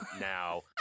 now